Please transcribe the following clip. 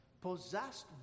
possessed